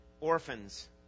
orphans